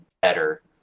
better